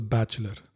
Bachelor